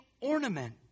ornament